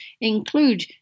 include